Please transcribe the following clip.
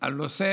על נושא